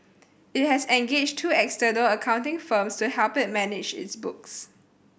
it has engaged two external accounting firms to help it manage its books